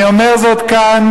אני אומר זאת כאן,